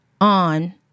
on